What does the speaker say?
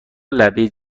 لبه